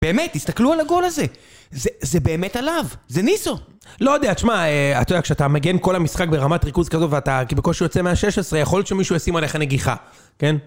באמת, תסתכלו על הגול הזה, זה באמת עליו, זה ניסו. לא יודע, שמע, אתה יודע, כשאתה מגן כל המשחק ברמת ריכוז כזו ואתה בקושי יוצא מה-16, יכול להיות שמישהו ישים עליך נגיחה, כן?